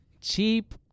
Cheap